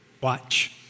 Watch